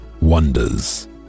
wonders